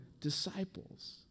disciples